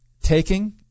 taking